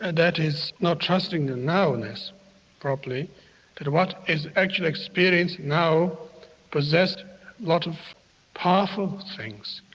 and that is not trusting the now-ness properly that what is actually experienced now possesses a lot of powerful things.